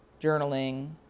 journaling